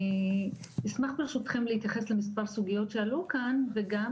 אני אשמח ברשותכם להתייחס למספר סוגיות שעלו כאן וגם